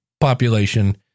population